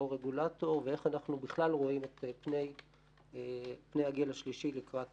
לא רגולטור ואיך אנחנו בכלל רואים את פני הגיל השלישי לקראת